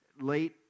late